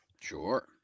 Sure